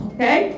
Okay